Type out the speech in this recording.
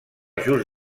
just